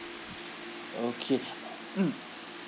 okay mm